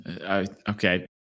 Okay